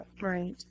Right